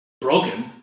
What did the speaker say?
broken